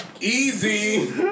easy